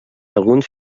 alguns